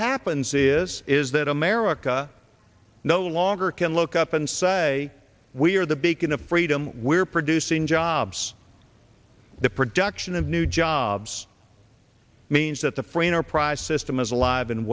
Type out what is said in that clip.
happens is is that america no longer can look up and say we are the beacon of freedom we're producing jobs the production of new jobs means that the free enterprise system is alive and